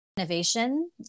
Innovation